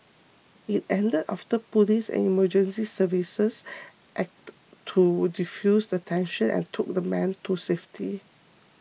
it ended after police and emergency services acted to defuse the tension and took the man to safety